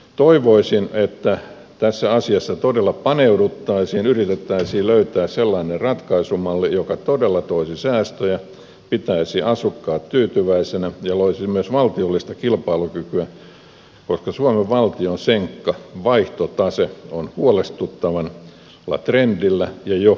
toivoisin että tässä asiassa todella paneuduttaisiin yritettäisiin löytää sellainen ratkaisumalli joka todella toisi säästöjä pitäisi asukkaat tyytyväisenä ja loisi myös valtiollista kilpailukykyä koska suomen valtion senkka vaihtotase on huolestuttavalla trendillä ja jo negatiivinen